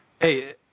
Hey